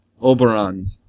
Oberon